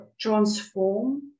transform